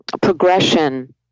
progression